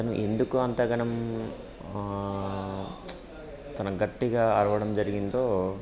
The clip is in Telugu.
అతను ఎందుకో అంతగాని తను గట్టిగా అరవడం జరిగిందో